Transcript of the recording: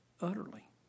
utterly